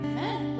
Amen